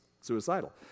suicidal